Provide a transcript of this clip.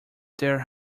their